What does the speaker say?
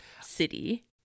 city